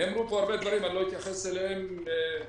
נאמרו כאן הרבה דברים שאני לא אתייחס אליהם כי